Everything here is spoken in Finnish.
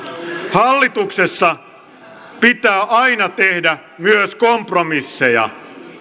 hallituksessa pitää aina tehdä myös kompromisseja